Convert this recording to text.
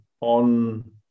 on